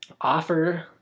offer